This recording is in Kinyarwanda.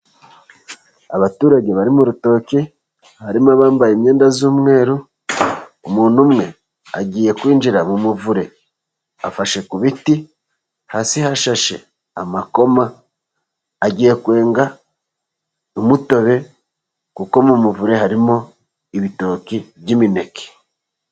Abaturage bari mu rutoki harimo abambaye imyenda y'umweru umuntu umwe agiye kwinjira mu muvure afashe ku biti hasi hashashe amakoma .Agiye kwenga umutobe ,kuko mu muvure harimo ibitoki by'imineke.